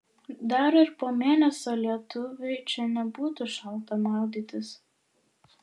dar ir po mėnesio lietuviui čia nebūtų šalta maudytis